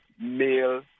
male